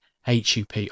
HUP